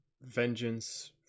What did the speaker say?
vengeance